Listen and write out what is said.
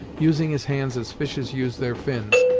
using his hands as fishes use their fins,